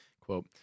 Quote